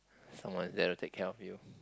someone is there to take care of you